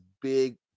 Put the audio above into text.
big